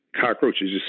cockroaches